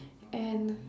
and